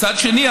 מצד שני,